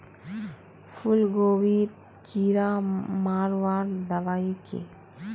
फूलगोभीत कीड़ा मारवार दबाई की?